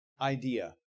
idea